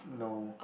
no